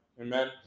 amen